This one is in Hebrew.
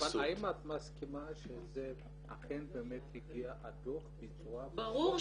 אבל האם מסכימה שזה אכן באמת הגיע הדוח ביצוע -- ברור שהגיע.